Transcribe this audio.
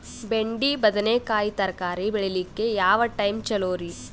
ಬೆಂಡಿ ಬದನೆಕಾಯಿ ತರಕಾರಿ ಬೇಳಿಲಿಕ್ಕೆ ಯಾವ ಟೈಮ್ ಚಲೋರಿ?